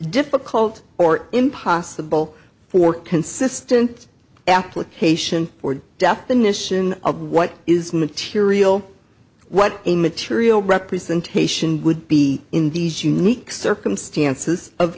difficult or impossible for consistent application for definition of what is material what a material representation would be in these unique circumstances of